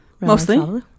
Mostly